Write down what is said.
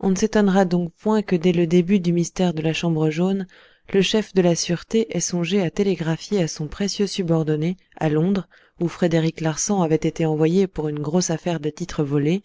on ne s'étonnera donc point que dès le début du mystère de la chambre jaune le chef de la sûreté ait songé à télégraphier à son précieux subordonné à londres où frédéric larsan avait été envoyé pour une grosse affaire de titres volés